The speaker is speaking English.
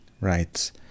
writes